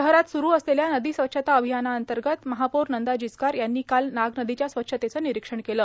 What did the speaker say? शहरात सुरू असलेल्या नदी स्वच्छता अभियानांतर्गत महापौर नंदा जिचकार यांनी काल नाग नदीच्या स्वच्छतेचं निरीक्षण केलं